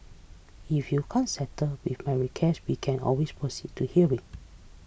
if you can't settle with my request we can always proceed to hearing